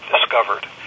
discovered